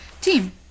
team